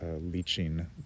leaching